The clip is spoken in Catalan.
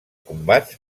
combats